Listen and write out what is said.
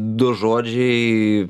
du žodžiai